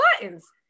buttons